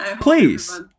Please